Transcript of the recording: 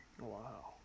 Wow